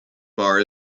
bar